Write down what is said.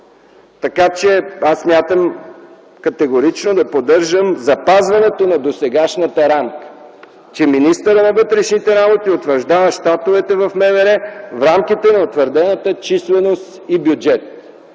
Така че аз смятам категорично да поддържам запазването на досегашната рамка – че министърът на вътрешните работи утвърждава щатовете в МВР в рамките на утвърдената численост и бюджет.